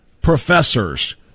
professors